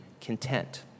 content